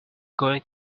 going